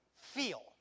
feel